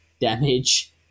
damage